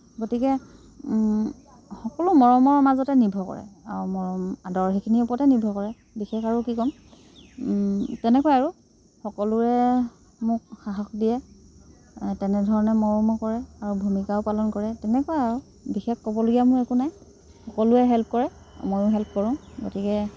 গতিকে সকলো মৰমৰ মাজতে নিৰ্ভৰ কৰে আৰু মৰম আদৰ সেইখিনিৰ ওপৰতে নিৰ্ভৰ কৰে বিশেষ আৰু কি ক'ম তেনেকুৱাই আৰু সকলোৱে মোক সাহস দিয়ে তেনেধৰণে মইও মৰমো কৰে আৰু ভূমিকাও পালন কৰে তেনেকুৱা আৰু বিশেষ ক'বলগীয়া মোৰ একো নাই সকলোয়ে হেল্প কৰে মইও হেল্প কৰোঁ গতিকে